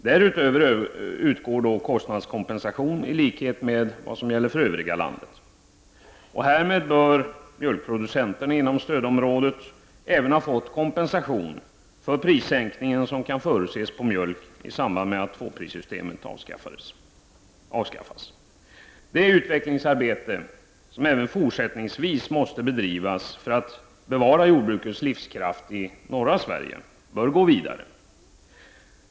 Därutöver utgår kostnadskompensation i likhet med vad som gäller för övriga landet. Härmed bör mjölkproducenterna inom stödområdet ha fått kompensation även för den prissänkning som kan förutses på mjölk i samband med att tvåprissystemet avskaffas. Det utvecklingsarbete som även fortsättningsvis måste bedrivas för att bevara jordbrukets livskraft i norra Sverige bör gå vidare.